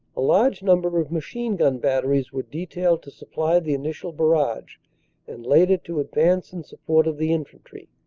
a large number of machine-gun batteries were detailed to supply the initial barrage and, later, to advance in support of the infantry.